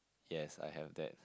yes I have that